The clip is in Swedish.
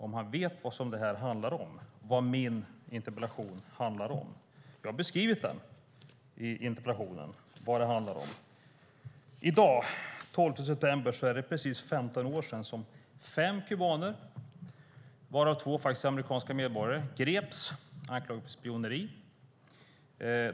I interpellationen har jag beskrivit vad det hela handlar om. I dag, den 12 september, är det precis 15 år sedan som fem kubaner, varav två är amerikanska medborgare, greps anklagade för spioneri.